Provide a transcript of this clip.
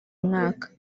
mwaka